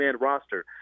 roster